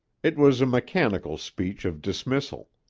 it was a mechanical speech of dismissal.